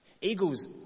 Eagles